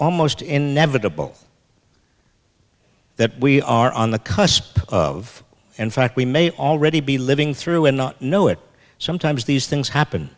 almost inevitable that we are on the cusp of in fact we may already be living through and not know it sometimes these things happen